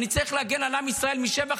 אני צריך להגן על עם ישראל משבע חזיתות,